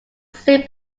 soon